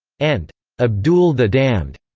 and abdul the damned.